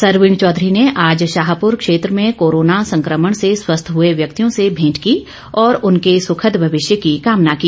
सरवीण चौघरी ने आज शाहपुर क्षेत्र में कोरोना संक्रमण से स्वस्थ हुए व्यक्तियों से भेंट की और उनके सुखद भविष्य की कामना की